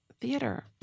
theater